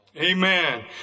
Amen